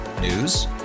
News